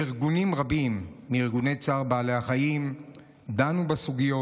ארגונים רבים מארגוני צער בעלי חיים דנו בסוגיות.